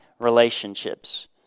relationships